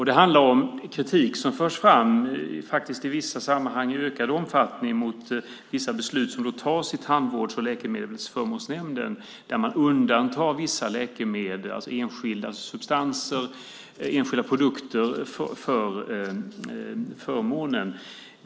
Det handlar om kritik som förs fram i vissa sammanhang i ökad omfattning mot vissa beslut som tas på Tandvårds och läkemedelsförmånsverket där man undantar vissa läkemedel, alltså enskilda substanser och produkter, från förmånen.